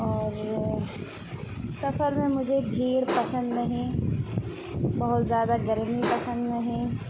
اور سفر میں مجھے بھیڑ پسند نہیں بہت زیادہ گرمی پسند نہیں